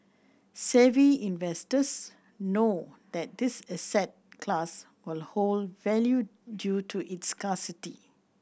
savvy investors know that this asset class will hold value due to its scarcity